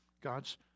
God's